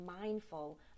mindful